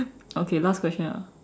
okay last question ah